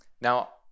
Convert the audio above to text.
Now